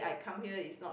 I come here is not to